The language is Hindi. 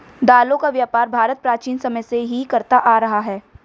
दालों का व्यापार भारत प्राचीन समय से ही करता आ रहा है